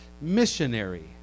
missionary